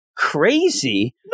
Crazy